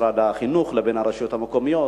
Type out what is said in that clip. משרד החינוך לבין הרשויות המקומיות.